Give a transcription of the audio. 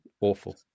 awful